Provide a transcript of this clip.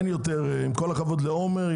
עם כל הכבוד לעומר,